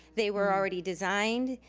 they were already designed,